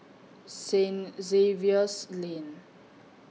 Saint Xavier's Lane